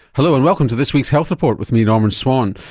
hello and welcome to this week's health report with me norman swan.